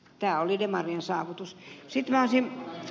tämä oli demarien saavutus